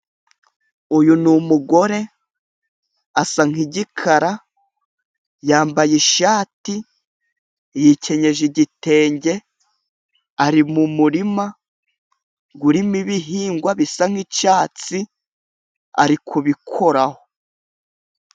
Uyu n'umugore asa nk'igikara yambaye ishati yikenyeje igitenge ari mu murima urimo ibihingwa bisa nk'icyatsi arikubikoraho.